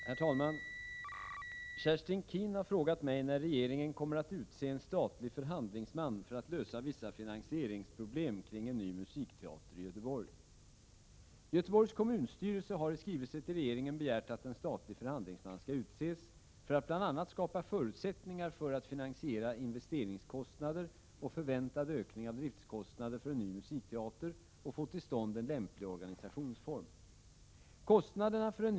Herr talman! Kerstin Keen har frågat mig när regeringen kommer att utse en statlig förhandlingsman för att lösa vissa finansieringsproblem kring en ny musikteater i Göteborg. Göteborgs kommunstyrelse har i skrivelse till regeringen begärt att en statlig förhandlingsman skall utses för att bl.a. skapa förutsättningar för att finansiera investeringskostnader och förväntad ökning av driftskostnader för en ny musikteater och få till stånd en lämplig organisationsform. Kostnader — Prot.